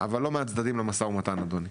אבל לא מהצדדים למשא ומתן אדוני.